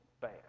bad